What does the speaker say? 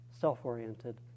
self-oriented